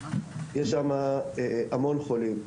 יש שם המון חולים.